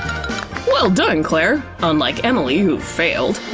well done, claire. unlike emily, who failed.